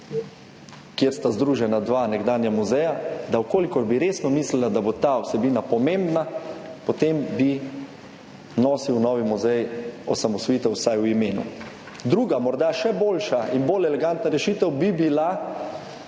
kjer sta združena dva nekdanja muzeja, da če bi resno mislila, da bo ta vsebina pomembna, potem bi nosil novi muzej osamosvojitev vsaj v imenu. Druga, morda še boljša in bolj elegantna rešitev bi bila,